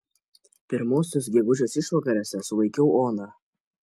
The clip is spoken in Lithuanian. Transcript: pirmosios gegužės išvakarėse sulaikiau oną